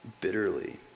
bitterly